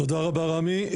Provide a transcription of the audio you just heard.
תודה רבה רמי.